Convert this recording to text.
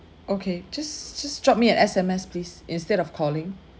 okay just just drop me an S_M_S please instead of calling